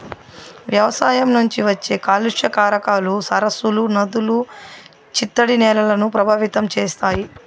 వ్యవసాయం నుంచి వచ్చే కాలుష్య కారకాలు సరస్సులు, నదులు, చిత్తడి నేలలను ప్రభావితం చేస్తాయి